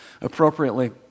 appropriately